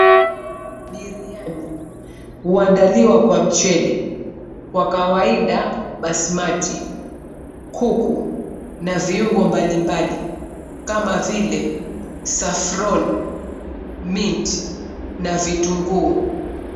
Biriani huandaliwa kwa mchele, kwa kawaida , basmati, kuku na viungo mbali mbali kama vile safron , mint na vitunguu.